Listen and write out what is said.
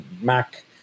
Mac